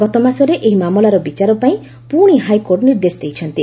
ଗତମାସରେ ଏହି ମାମଲାର ବିଚାର ପାଇଁ ପୁଣି ହାଇକୋର୍ଟ ନିର୍ଦ୍ଦେଶ ଦେଇଛନ୍ତି